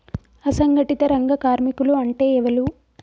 అసంఘటిత రంగ కార్మికులు అంటే ఎవలూ?